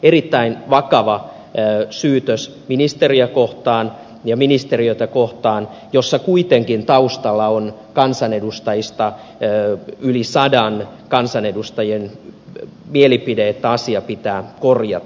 erittäin vakava syytös ministeriä kohtaan ja ministeriötä kohtaan kun kuitenkin taustalla on yli sadan kansanedustajan mielipide että asia pitää korjata